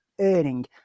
earning